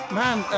man